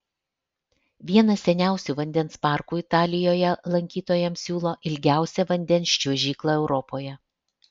vienas seniausių vandens parkų italijoje lankytojams siūlo ilgiausią vandens čiuožyklą europoje